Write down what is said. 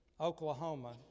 Oklahoma